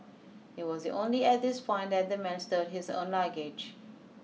it was only at this fine that the man stowed his own luggage